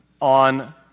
on